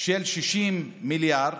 60 מיליארד,